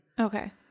Okay